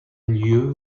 lieu